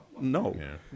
No